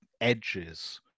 edges